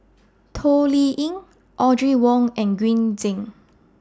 Toh Liying Audrey Wong and Green Zeng